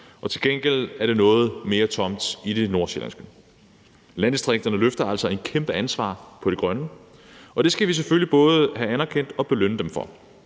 der til gengæld er noget mere tomt i det nordsjællandske. Landdistrikterne løfter altså et kæmpe ansvar på det grønne område, og det skal vi selvfølgelig både anerkende og belønne dem for.